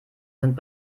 sind